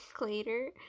later